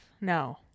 No